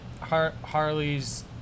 Harley's